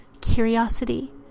curiosity